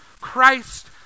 Christ